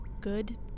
Good